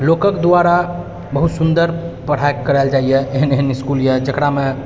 लोकके द्वारा बहुत सुन्दर पढ़ाइ कराएल जाइए एहन एहन इसकुल अइ जकरामे